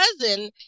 cousin